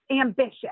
ambitious